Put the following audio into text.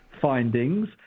findings